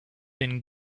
been